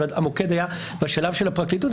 אבל המוקד היה בשלב של הפרקליטות.